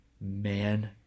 man